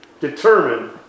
determine